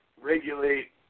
regulate